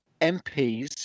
MPs